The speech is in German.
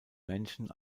männchen